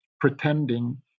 pretending